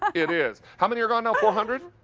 it is. how many are gone now, four hundred?